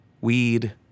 Weed